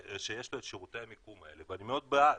שיש לו את שירות המיקום האלה ואני מאוד בעד,